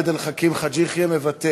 חבר הכנסת עבד אל חכים חאג' יחיא, מוותר.